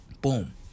Boom